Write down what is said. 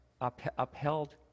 upheld